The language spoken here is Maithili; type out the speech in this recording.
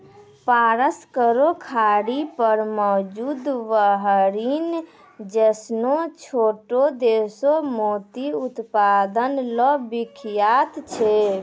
फारस केरो खाड़ी पर मौजूद बहरीन जैसनो छोटो देश मोती उत्पादन ल विख्यात छै